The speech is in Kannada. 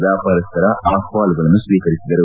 ವ್ಯಾಪಾರಸ್ವರ ಅಹವಾಲುಗಳನ್ನು ಸ್ವೀಕರಿಸಿದರು